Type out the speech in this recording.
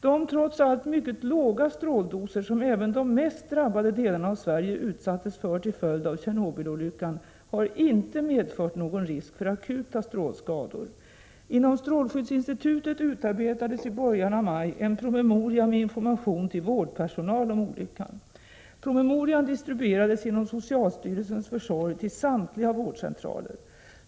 De trots allt mycket låga stråldoser som även de mest drabbade delarna av Sverige utsattes för till följd av Tjernobylolyckan har inte medfört någon risk för akuta strålskador. Inom strålskyddsinstitutet utarbetades i början av maj en promemoria med information till vårdpersonal om olyckan. Promemorian distribuerades genom socialstyrelsens försorg till samtliga vårdcentraler.